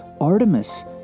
Artemis